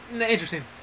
Interesting